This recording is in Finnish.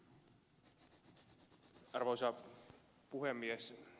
arvoisa puhemies